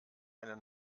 eine